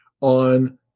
on